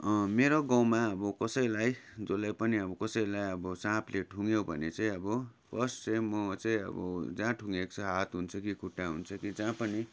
मेरो गाउँमा अब कसैलाई जसलाई पनि अब कसैलाई अब साँपले ठुँग्यो भने चाहिँ अब फर्स्ट चाहिँ म चाहिँ अब जहाँ ठुँगेको छ हात हुन्छ कि खुट्टा हुन्छ कि जहाँ पनि